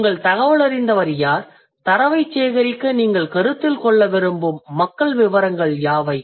உங்கள் தகவலறிந்தவர் யார் தரவைச் சேகரிக்க நீங்கள் கருத்தில் கொள்ள விரும்பும் மக்கள் விவரங்கள் யாவை